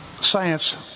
Science